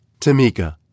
Tamika